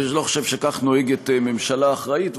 אני לא חושב שכך נוהגת ממשלה אחראית,